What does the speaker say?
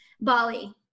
Bali